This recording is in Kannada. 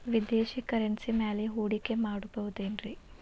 ವಿದೇಶಿ ಕರೆನ್ಸಿ ಮ್ಯಾಲೆ ಹೂಡಿಕೆ ಮಾಡಬಹುದೇನ್ರಿ?